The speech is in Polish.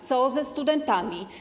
Co ze studentami?